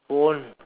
phone